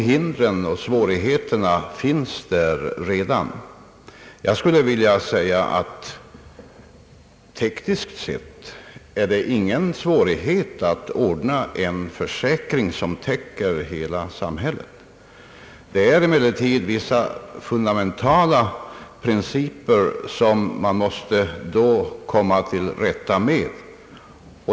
Hindren och svårigheterna finns redan. Tekniskt sett är det ingen svårighet att ordna en försäkring som täcker hela samhället. Det är emellertid vissa fundamentala principer, som man då måste komma till rätta med.